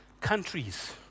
countries